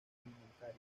alimentaria